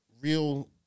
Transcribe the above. real